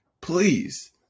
please